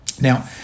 Now